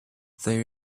they